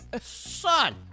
Son